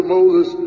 Moses